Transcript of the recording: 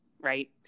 Right